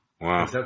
Wow